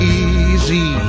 easy